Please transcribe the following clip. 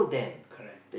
correct